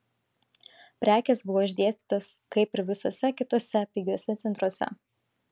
prekės buvo išdėstytos kaip ir visuose kituose pigiuose centruose